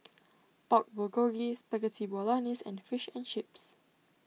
Pork Bulgogi Spaghetti Bolognese and Fish and Chips